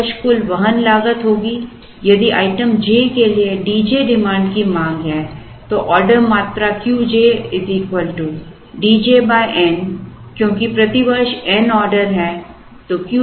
प्रति वर्ष कुल वहन लागत होगी यदि आइटम j के लिए D j की मांग है तो ऑर्डर मात्रा Q j D j n क्योंकि प्रति वर्ष n ऑर्डर हैं